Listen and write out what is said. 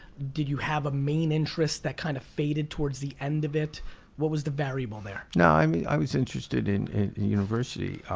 did you have a main interest that kind of faded towards the end of it? what was the variable there? i mean, i was interested in university.